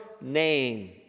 name